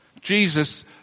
Jesus